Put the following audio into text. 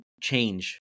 change